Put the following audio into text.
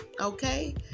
okay